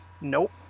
Nope